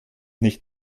nicht